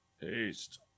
Paste